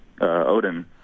Odin